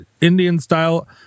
Indian-style